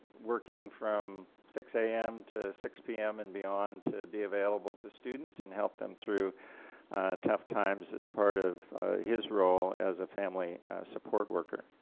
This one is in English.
working from six am to six pm and beyond to be available to students and help them through tough times as part of his role as a family support worker.